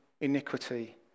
iniquity